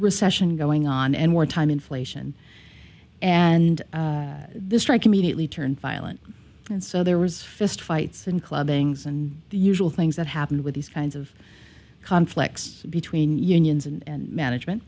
recession going on and wartime inflation and the strike immediately turned violent and so there was fistfights and clubbing and the usual things that happened with these kinds of conflicts between unions and management